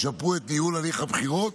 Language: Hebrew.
שישפרו את ניהול הליך הבחירות